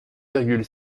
virgule